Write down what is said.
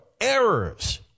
errors